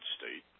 state